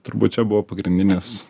turbūt čia buvo pagrindinis